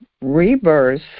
rebirth